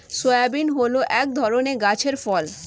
soybean হল এক ধরনের গাছের ফল